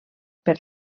per